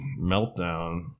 meltdown